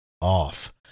off